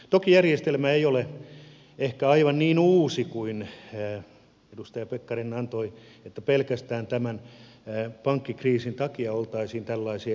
toki järjestelmä ei ole ehkä aivan niin uusi kuin edustaja pekkarinen antoi ymmärtää että pelkästään tämän pankkikriisin takia oltaisiin tällaisia instrumentteja rakennettu